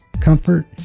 comfort